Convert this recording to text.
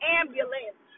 ambulance